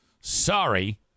sorry